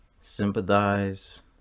Sympathize